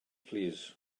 plîs